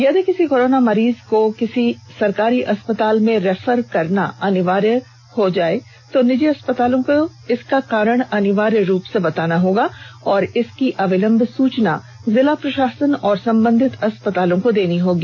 यदि किसी कोरोना मरीज को किसी सरकारी अस्पताल में रेफर करना अनिवार्य है तो निजी अस्पतालों को उसका कारण अनिवार्य रूप से बताना होगा और इसकी अविलंब सूचना जिला प्रषासन और संबंधित अस्पतालों को देनी होगी